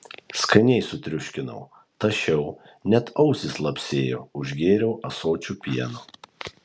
skaniai sutriuškinau tašiau net ausys lapsėjo užgėriau ąsočiu pieno